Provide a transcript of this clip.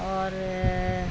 आओर